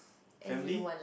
family